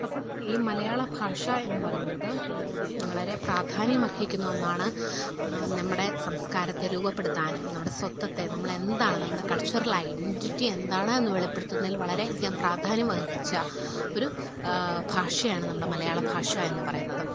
അപ്പം ഈ മലയാളഭാഷ എന്നു പറയുന്നത് വളരെ പ്രാധാന്യം അർഹിക്കുന്ന ഒന്നാണ് നമ്മുടെ സംസ്കാരത്തെ രൂപപ്പെടുത്താനും നമ്മുടെ സ്വത്വത്തെ നമ്മൾ എന്താണ് നമ്മുടെ കൾച്ചറൽ ഐഡൻറിറ്റി എന്താണ് എന്ന് വെളിപ്പെടുത്തുന്നതിൽ വളരെയധികം പ്രാധാന്യം വഹിച്ച ഒരു ഭാഷയാണ് നമ്മുടെ മലയാളഭാഷ എന്നുപറയുന്നത്